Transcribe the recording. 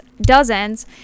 dozens